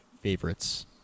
favorites